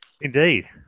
Indeed